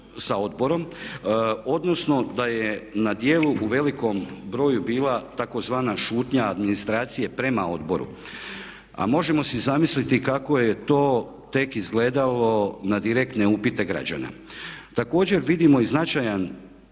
sa odborom odnosno da je na djelu u velikom broju bila tzv. šutnja administracije prema odboru. A možemo si zamisliti kako je to tek izgledalo na direktne upite građana. Također, vidimo i značajan